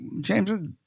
James